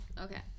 okay